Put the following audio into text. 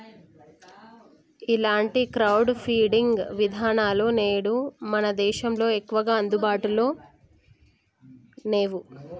ఇలాంటి crowd funding విధానాలు నేడు మన దేశంలో ఎక్కువగా అందుబాటులో నేవు